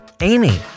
Amy